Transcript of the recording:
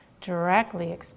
directly